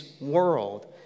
world